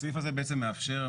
הסעיף זה בעצם מאפשר,